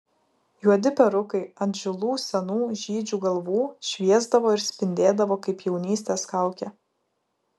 juodi perukai ant žilų senų žydžių galvų šviesdavo ir spindėdavo kaip jaunystės kaukė